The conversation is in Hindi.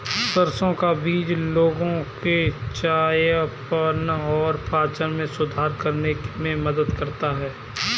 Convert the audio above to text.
सरसों का बीज लोगों के चयापचय और पाचन में सुधार करने में मदद करता है